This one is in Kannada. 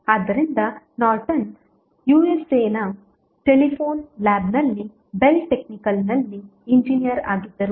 ಆದ್ದರಿಂದ ನಾರ್ಟನ್ ಯುಎಸ್ಎ ದ ಟೆಲಿಫೋನ್ ಲ್ಯಾಬ್ನಲ್ಲಿ ಬೆಲ್ ಟೆಕ್ನಿಕಲ್ನಲ್ಲಿ ಇಂಜಿನಿಯರ್ ಆಗಿದ್ದರು